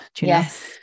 Yes